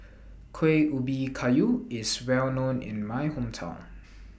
Kueh Ubi Kayu IS Well known in My Hometown